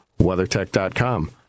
WeatherTech.com